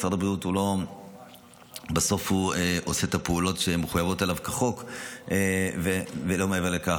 ומשרד הבריאות בסוף עושה את הפעולות שמחויבות עליו כחוק ולא מעבר לכך.